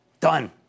Done